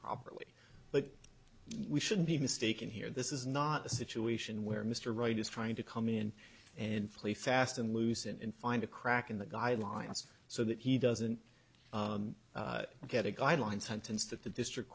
properly but we shouldn't be mistaken here this is not a situation where mr right is trying to come in and play fast and loose and find a crack in the guidelines so that he doesn't get a guideline sentence that the district